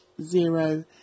zero